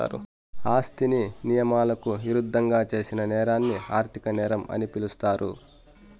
ఆస్తిని నియమాలకు ఇరుద్దంగా చేసిన నేరాన్ని ఆర్థిక నేరం అని పిలుస్తారు